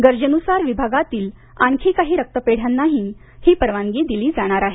गरजेन्सार विभागातील आणखी काही रक्तपेढ्यानांही ही परवानगी दिली जाणार आहे